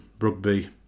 rugby